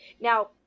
Now